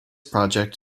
project